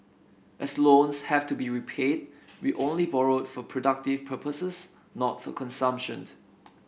as loans have to be repaid we only borrowed for productive purposes not for consumption